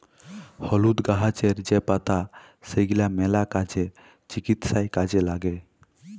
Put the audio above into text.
হলুদ গাহাচের যে পাতা সেগলা ম্যালা কাজে, চিকিৎসায় কাজে ল্যাগে